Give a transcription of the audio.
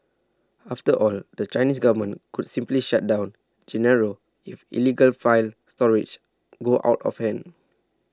after all the Chinese government could simply shut down Genaro if illegal file storage go out of hand